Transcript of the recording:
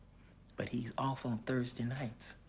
but he's off on thursday nights.